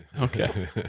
Okay